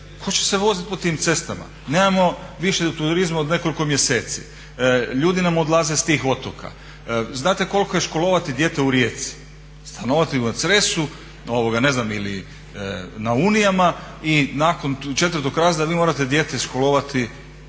tko će se voziti po tim cestama? Nemamo više turizma od nekoliko mjeseci. Ljudi nam odlaze s tih otoka. Znate koliko je školovati dijete u Rijeci, stanovati na Cresu ili na Unijama i nakon četvrtog razreda vi morate dijete školovati izvan